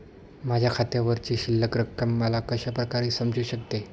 माझ्या खात्यावरची शिल्लक रक्कम मला कशा प्रकारे समजू शकते?